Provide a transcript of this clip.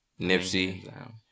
Nipsey